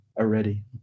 already